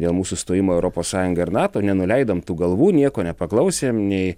dėl mūsų stojimo į europos sąjungą ir nato nenuleidom galvų nieko nepaklausėm nei